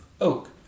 oak